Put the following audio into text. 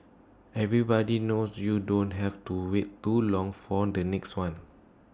everybody knows you don't have to wait too long for the next one